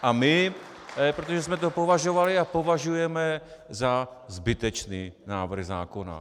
A my, protože jsme to považovali a považujeme za zbytečný návrh zákona.